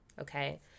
okay